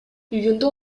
үйүндө